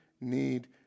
need